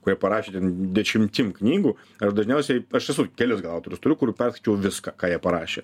kurie parašė dešimtim knygų aš dažniausiai aš esu kelis gal autorius turiu kur perskaičiau viską ką jie parašė